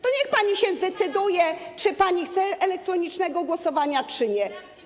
To niech pani się zdecyduje, czy pani chce elektronicznego głosowania, czy nie.